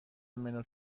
منو